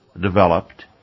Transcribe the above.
developed